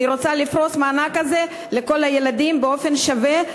אני רוצה לפרוס את המענק הזה לכל הילדים באופן שווה,